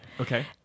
Okay